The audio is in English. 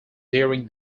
during